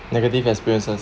negative experiences